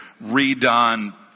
redone